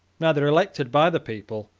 neither elected by the people,